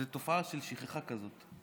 זו תופעה של שכחה כזו.